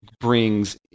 brings